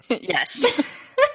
yes